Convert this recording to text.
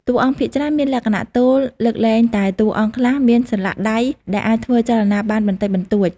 តួអង្គភាគច្រើនមានលក្ខណៈ ទោលលើកលែងតែតួអង្គខ្លះមានសន្លាក់ដៃដែលអាចធ្វើចលនាបានបន្តិចបន្តួច។